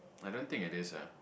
I don't think it is lah